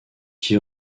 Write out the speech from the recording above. qui